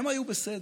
הם היו בסדר.